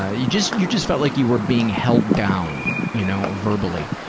ah you just you just felt like you were being held down. you know, verbally.